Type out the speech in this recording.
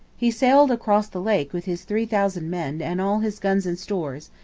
he sailed across the lake with his three thousand men and all his guns and stores,